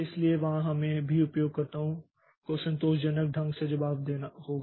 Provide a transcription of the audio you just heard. इसलिए वहां हमें सभी उपयोगकर्ताओं को संतोषजनक ढंग से जवाब देना होगा